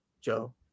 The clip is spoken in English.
Joe